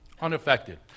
Unaffected